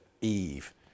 Eve